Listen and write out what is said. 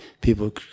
people